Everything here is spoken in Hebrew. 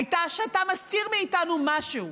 הייתה שאתה מסתיר מאיתנו משהו.